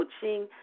Coaching